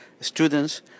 students